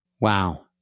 Wow